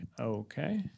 okay